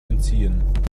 entziehen